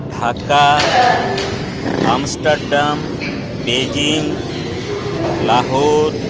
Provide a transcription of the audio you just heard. Dhaka Amsterdam Beijing Lahore